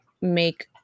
make